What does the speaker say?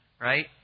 right